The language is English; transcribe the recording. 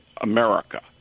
America